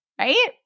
right